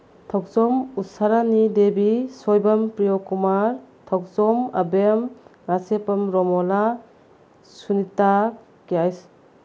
ꯊꯣꯛꯆꯣꯝ ꯎꯁꯥꯔꯥꯅꯤ ꯗꯦꯕꯤ ꯁꯣꯏꯕꯝ ꯄ꯭ꯔꯤꯌꯣꯀꯨꯃꯥꯔ ꯊꯣꯛꯆꯣꯝ ꯑꯕꯦꯝ ꯉꯥꯁꯦꯞꯄꯝ ꯔꯣꯃꯣꯂꯥ ꯁꯨꯅꯤꯇꯥ ꯀꯦ ꯑꯩꯁ